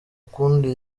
kundi